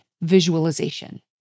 visualization